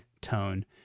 tone